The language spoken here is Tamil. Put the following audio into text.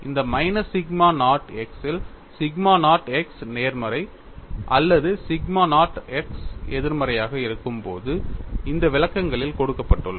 அந்த மைனஸ் சிக்மா நாட் x இல் சிக்மா நாட் x நேர்மறை அல்லது சிக்மா நாட் x எதிர்மறையாக இருக்கும்போது இந்த விளக்கங்களில் கொடுக்கப்பட்டுள்ளது